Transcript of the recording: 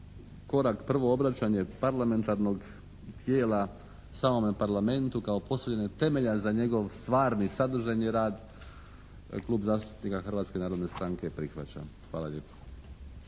korak, prvo obraćanje parlamentarnog tijela samome Parlamentu kao postavljanje temelja za njegov stvarni sadržajni rad Klub zastupnika Hrvatske narodne stranke prihvaća. Hvala lijepo.